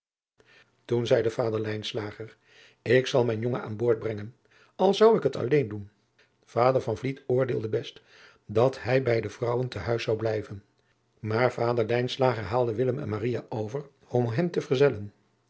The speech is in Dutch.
toen zeide vader lijnslager ik zal mijn jongen aan boord brengen al zou ik het alleen doen vader van vliet oordeelde best dat hij bij de vrouwen te huis zou blijven maar vader lijnslager haalde willem en maria over om hem te verzellen